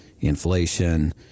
inflation